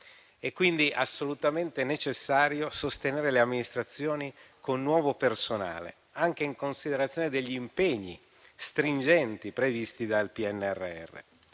È quindi assolutamente necessario sostenere le amministrazioni con nuovo personale, anche in considerazione degli impegni stringenti previsti dal PNRR.